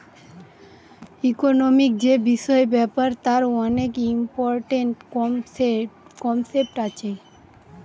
economic যে বিষয় ব্যাপার তার অনেক ইম্পরট্যান্ট কনসেপ্ট আছে